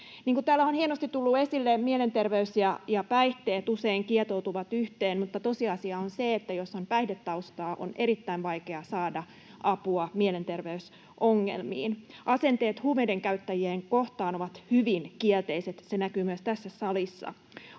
hienosti tullut esille, mielenterveys ja päihteet usein kietoutuvat yhteen, mutta tosiasia on se, että jos on päihdetaustaa, on erittäin vaikea saada apua mielenterveysongelmiin. Asenteet huumeiden käyttäjiä kohtaan ovat hyvin kielteiset, se näkyy myös tässä salissa.